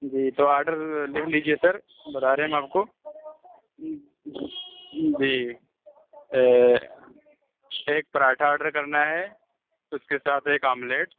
جی تو آڈر لِکھ لیجیے سر بتا رہے ہیں ہم آپ کو جی ایک پراٹھا آڈر کرنا ہے اُس کے ساتھ ایک آملیٹ